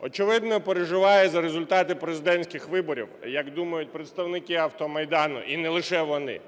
очевидно, переживає за результати президентських виборів, як думають представники "Автомайдану", і не лише вони.